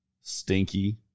stinky